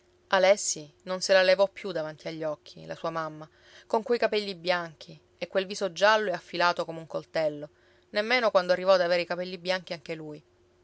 alessi non se la levò più davanti agli occhi la sua mamma con quei capelli bianchi e quel viso giallo e affilato come un coltello nemmeno quando arrivò ad avere i capelli bianchi anche lui